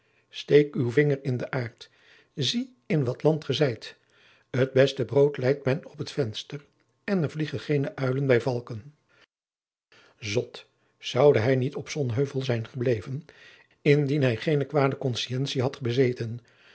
steek uw vinger in de aard zie in wat land ge zijt t beste brood leit men op t venster en er vliegen geene uilen bij valken zot zoude hij niet op sonheuvel zijn gebleven indien hij geene kwade conscientie had bezeten